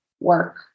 work